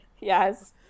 Yes